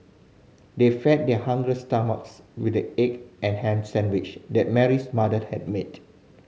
they fed their hungry stomachs with the egg and ham sandwiches that Mary's mother had made